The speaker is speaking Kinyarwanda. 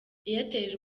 airtel